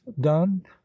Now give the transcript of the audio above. done